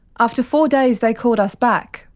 after four days they called us back.